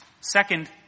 Second